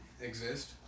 exist